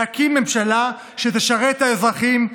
להקים ממשלה שתשרת את האזרחים,